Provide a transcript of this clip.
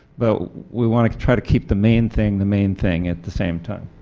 but we want to try to keep the main thing the main thing at the same time.